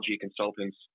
consultants